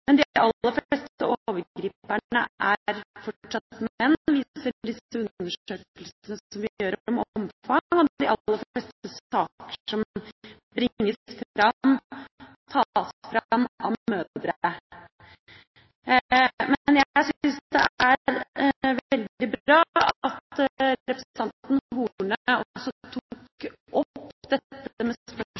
de fleste overgriperne er fortsatt menn, viser disse undersøkelsene som vi gjør om omfang, og de aller fleste saker som bringes fram, blir brakt fram av mødre. Men jeg syns det er veldig bra at representanten Horne også tok opp spørsmålet om samvær når man til og med